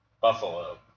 Buffalo